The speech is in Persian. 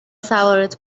سوارت